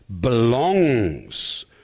belongs